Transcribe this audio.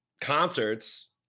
concerts